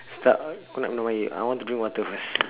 start not yet not yet I want to drink water first